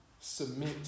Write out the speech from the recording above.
submit